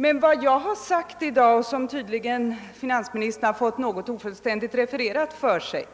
Men vad jag har sagt i dag och som tydligen finansministern har fått ofullständigt refererat för sig